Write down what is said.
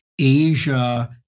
Asia